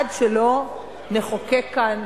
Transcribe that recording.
עד שלא נחוקק כאן,